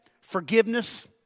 forgiveness